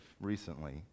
recently